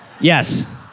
Yes